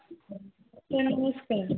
ଆଜ୍ଞା ନମସ୍କାର